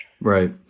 Right